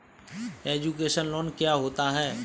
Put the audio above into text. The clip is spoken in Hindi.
एजुकेशन लोन क्या होता है?